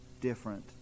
different